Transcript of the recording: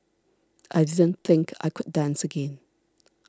I didn't think I could dance again